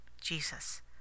Jesus